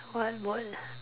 what word ah